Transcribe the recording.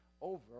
over